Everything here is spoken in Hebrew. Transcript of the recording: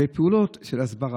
ופעולות של הסברה.